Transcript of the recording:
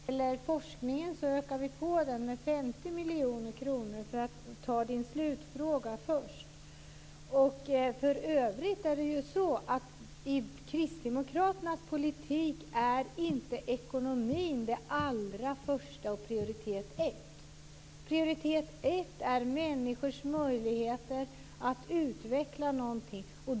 Herr talman! Vi ökar på forskningen med 50 miljoner kronor, för att ta Sofia Jonssons sista fråga först. För övrigt är det ju så att i Kristdemokraternas politik är inte ekonomin det allra första. Det är inte prioritet 1. Prioritet 1 är människors möjligheter att utveckla någonting.